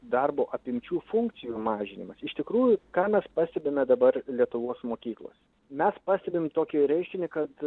darbo apimčių funkcijų mažinimas iš tikrųjų ką mes pastebime dabar lietuvos mokyklose mes pastebim tokį reiškinį kad